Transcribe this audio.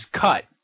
cut